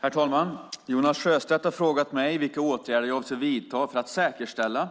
Herr talman! Jonas Sjöstedt har frågat mig vilka åtgärder jag avser att vidta för att säkerställa